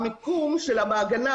על המיקום של המעגנה,